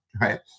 right